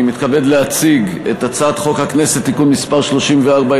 אני מתכבד להציג את הצעת חוק הכנסת (תיקון מס' 34),